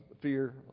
Fear